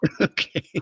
Okay